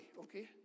okay